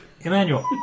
Emmanuel